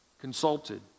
consulted